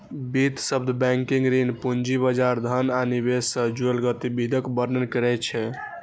वित्त शब्द बैंकिंग, ऋण, पूंजी बाजार, धन आ निवेश सं जुड़ल गतिविधिक वर्णन करै छै